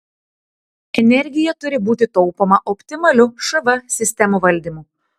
energija turi būti taupoma optimaliu šv sistemų valdymu